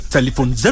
Telephone